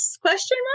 question